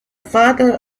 father